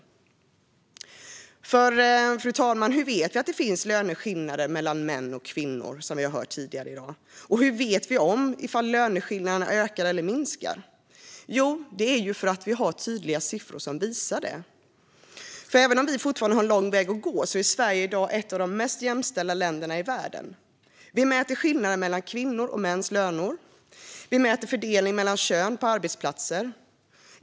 Fru talman! Hur vet vi att det finns en löneskillnad mellan män och kvinnor, som vi har hört tidigare i dag? Och hur vet vi om löneskillnaden ökar eller minskar? Det vet vi därför att vi har tydliga siffror som visar det. Även om vi fortfarande har en lång väg att gå är Sverige i dag ett av de mest jämställda länderna i världen. Vi mäter skillnader mellan kvinnors och mäns löner, och vi mäter fördelning mellan kön på arbetsplatser.